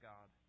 God